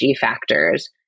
factors